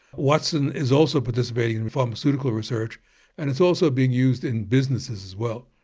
watson is also participating in in pharmaceutical research and it's also being used in businesses as well.